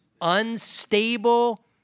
Unstable